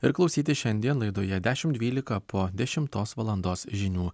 ir klausyti šiandien laidoje dešimt dvylika po dešimtos valandos žinių